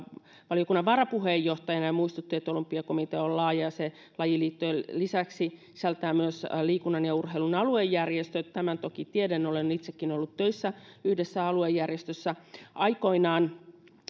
valiokunnan varapuheenjohtajana ja muistutti että olympiakomitea on laaja ja se lajiliittojen lisäksi sisältää myös liikunnan ja urheilun aluejärjestöt tämän toki tiedän olen itsekin ollut töissä yhdessä aluejärjestössä aikoinaan